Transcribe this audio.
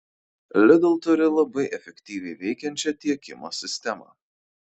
lidl turi labai efektyviai veikiančią tiekimo sistemą